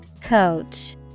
Coach